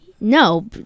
No